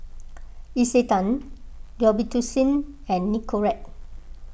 Isetan Robitussin and Nicorette